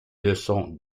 leçons